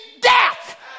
death